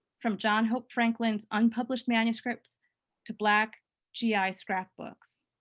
from john hope franklin's unpublished manuscripts to black gi scrapbooks.